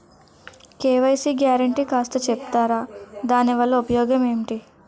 KYC guarantee కాస్త చెప్తారాదాని వల్ల ఉపయోగం ఎంటి?